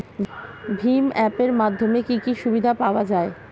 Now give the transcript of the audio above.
ভিম app এর মাধ্যমে কি কি সুবিধা পাওয়া যায়?